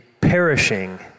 perishing